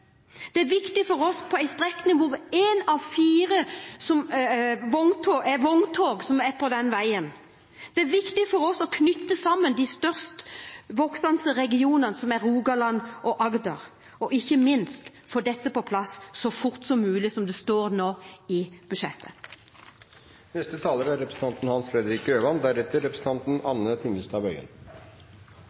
Det er viktig for oss, for på denne strekningen er én av fire som er på veien, et vogntog. Det er viktig for oss å knytte sammen de mest voksende regionene, som er Rogaland og Agder – og ikke minst få dette på plass så fort som mulig, som det nå står i